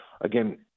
again